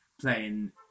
playing